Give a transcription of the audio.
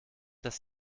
dass